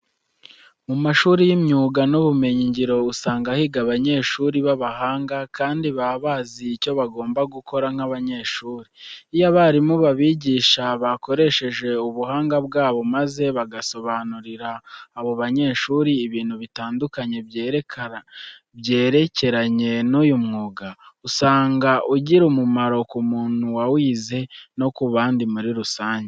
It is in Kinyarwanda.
Mu mashuri y'imyuga n'ubumenyingiro usanga higa abanyeshuri b'abahanga kandi baba bazi icyo bagomba gukora nk'abanyeshuri. Iyo abarimu babigisha bakoresheje ubuhanga bwabo maze bagasobanurira abo banyeshuri ibintu bitandukanye byerekeranye n'uyu mwuga, usanga ugira umumaro ku muntu wawize no ku bandi muri rusange.